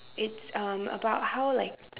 it's um about how like